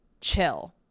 Chill